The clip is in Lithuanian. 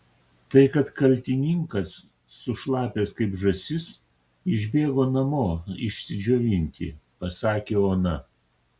tai kad kaltininkas sušlapęs kaip žąsis išbėgo namo išsidžiovinti pasakė ona